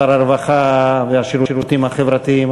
שר הרווחה והשירותים החברתיים,